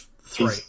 three